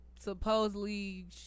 Supposedly